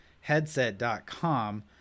headset.com